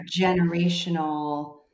generational